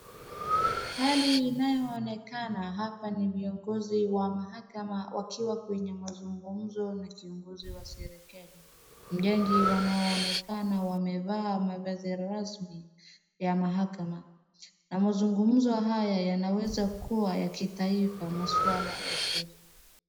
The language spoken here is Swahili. Hali inayoonekana hapa ni viongozi wa mahakama wakiwa kwenye mazungumzo na kiongozi wa serikali. Mjangi wanaoonekana wamevaa mavazi ya rasmi ya mahakama, na mazungumzo haya yanaweza kuwa ya kitaifa masuala ya sheria.